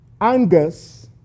Angus